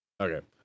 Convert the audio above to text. okay